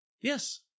Yes